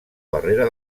barrera